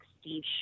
Steve